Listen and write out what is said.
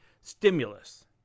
stimulus